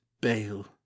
bail